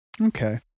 Okay